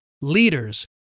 leaders